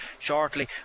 shortly